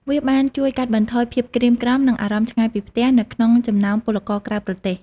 វាបានជួយកាត់បន្ថយភាពក្រៀមក្រំ និងអារម្មណ៍ឆ្ងាយពីផ្ទះនៅក្នុងចំណោមពលករក្រៅប្រទេស។